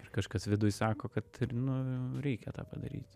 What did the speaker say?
ir kažkas viduj sako kad ir nu reikia tą padaryti